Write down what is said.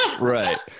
Right